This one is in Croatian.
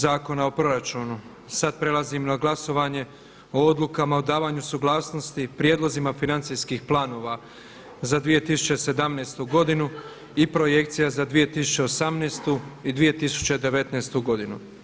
Zakona o proračunu sada prelazimo na glasovanje o davanju suglasnosti, prijedlozima financijskih planova za 2017. godinu i Projekcija za 2018. i 2019. godinu.